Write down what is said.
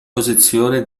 posizione